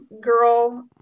girl